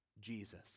Jesus